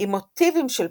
עם מוטיבים של פרחים,